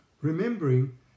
Remembering